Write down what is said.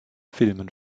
filmen